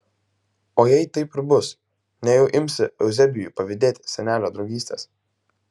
o jei taip ir bus nejau imsi euzebijui pavydėti senelio draugystės